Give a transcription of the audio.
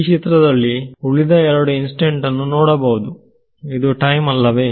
ಈ ಚಿತ್ರದಲ್ಲಿ ಉಳಿದ 2 ಇನ್ಸ್ಟೆಂಟ್ ಅನ್ನು ನೋಡಬಹುದು ಇದು ಟೈಮ್ ಅಲ್ಲವೇ